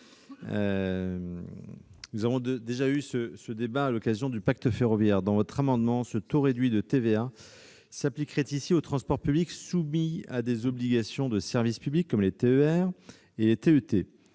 nous avons déjà eu ce débat à l'occasion du pacte ferroviaire. Aux termes de votre amendement, ma chère collègue, le taux réduit de TVA s'appliquerait aux transports publics soumis à des obligations de service public, comme les TER et les TET.